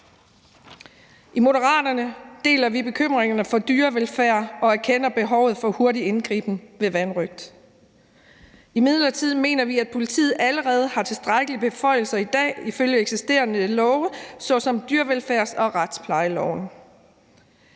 I Moderaterne deler vi bekymringerne for dyrevelfærd og erkender behovet for hurtig indgriben ved vanrøgt. Imidlertid mener vi, at politiet allerede i dag har tilstrækkelige beføjelser ifølge eksisterende love såsom dyrevelfærds- og retsplejeloven.